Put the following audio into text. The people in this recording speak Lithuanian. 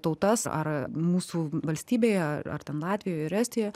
tautas ar mūsų valstybėje ar ten latvijoje ir estijoje